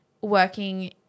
working –